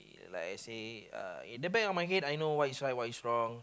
ya like I say uh in the back of head I know what is right what is wrong